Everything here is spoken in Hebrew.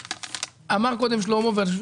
אמר קודם שלמה קרעי,